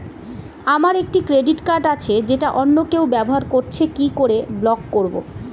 আমার একটি credit card আছে যেটা অন্য কেউ ব্যবহার করছে কি করে ব্লক করবো?